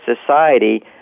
society